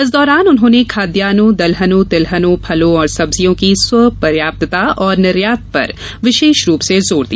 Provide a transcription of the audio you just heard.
इस दौरान उन्होंने खाद्यानों दलहनों तिलहनों फलों और सब्जियों की स्व पर्याप्तता और निर्यात पर विशेष रूप से जोर दिया